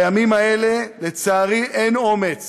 בימים האלה, לצערי, אין אומץ